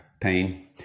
Pain